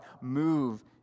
move